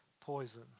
poison